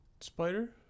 Spider